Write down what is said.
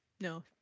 No